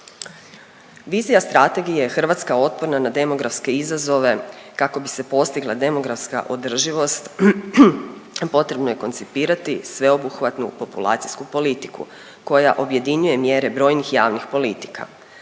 Vizija strategije je Hrvatska otporna na demografske izazove kako bi se postigla demografska održivost. Potrebno je koncipirati sveobuhvatnu populacijsku politiku koja objedinjuje mjere brojnih javnih politika